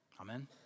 Amen